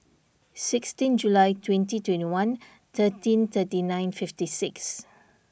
sixteen July twenty twenty one thirteen thirty nine fifty six